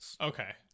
okay